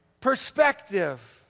perspective